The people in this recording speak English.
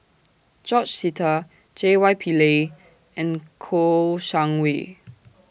George Sita J Y Pillay and Kouo Shang Wei